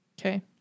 Okay